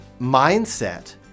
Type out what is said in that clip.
mindset